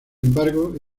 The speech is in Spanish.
embargo